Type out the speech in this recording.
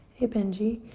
hey benji.